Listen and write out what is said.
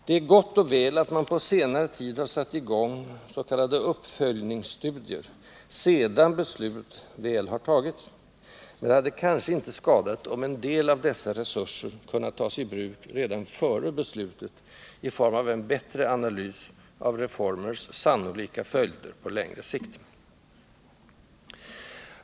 Det är gott och väl att man på senare tid har satt i gång s.k. uppföljningsstudier sedan beslut väl har tagits, men det hade kanske inte skadat om en del av dessa resurser kunnat tas i bruk redan före beslutet i form av en bättre analys av reformers sannolika följder på längre sikt.